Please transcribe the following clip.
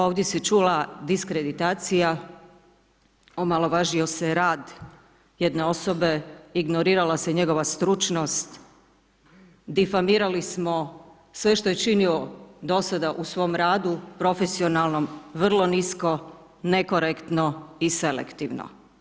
Ovdje se čula diskreditacija, omalovažio se rad jedne osobe, ignorirala se njegova stručnost, difarmirali smo sve što je činio do sada u svom radu, profesionalnom, vrlo nisko, nekorektno i selektivno.